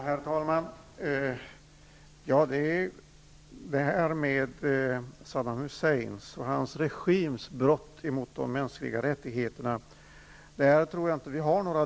Herr talman! Jag tror inte att vi har några delade meningar om Saddam Hussein och hans regims brott mot de mänskliga rättigheterna.